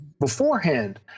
beforehand